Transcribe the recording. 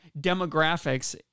demographics